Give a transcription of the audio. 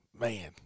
man